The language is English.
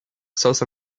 south